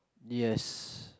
yes